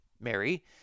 Mary